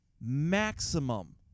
maximum